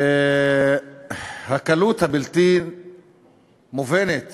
הקלות הבלתי-מובנת